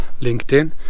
LinkedIn